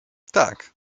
tak